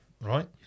right